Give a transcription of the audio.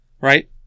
right